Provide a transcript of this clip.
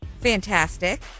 fantastic